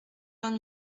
vingt